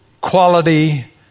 Quality